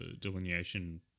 delineation